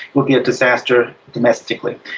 would be a disaster domestically.